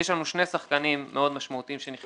יש לנו שני שחקנים מאוד משמעותיים שנכנסים